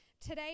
Today